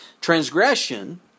Transgression